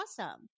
awesome